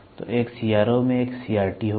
तो एक सीआरओ में एक सीआरटी होगा